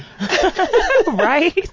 Right